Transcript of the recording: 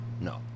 No